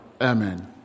Amen